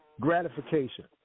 gratification